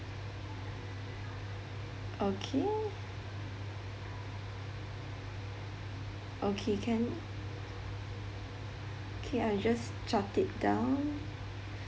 okay okay can okay I just jot it down